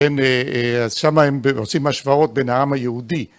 כן, אז שמה הם עושים השוואות בין העם היהודי.